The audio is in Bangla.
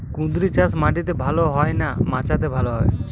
কুঁদরি চাষ মাটিতে ভালো হয় না মাচাতে ভালো হয়?